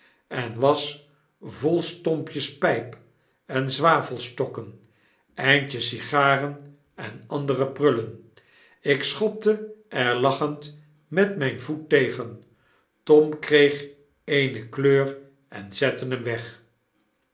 en was vol stompjes pyp en zwavelstokken eindjes sigaren en andere prullen ik schopte er lachend met rap voet tegen tom kreeg eene kleur en zette hem weg